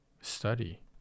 study